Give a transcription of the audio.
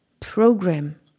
Program